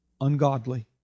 ungodly